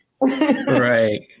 Right